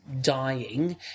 dying